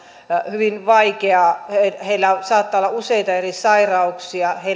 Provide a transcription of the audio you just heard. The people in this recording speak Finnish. hyvin vaikeaa heillä saattaa olla useita eri sairauksia